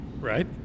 right